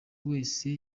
wese